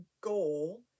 goal